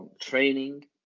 training